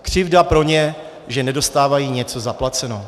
Křivda pro ně, že nedostávají něco zaplaceno.